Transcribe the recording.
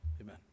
Amen